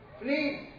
please